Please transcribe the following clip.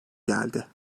geldi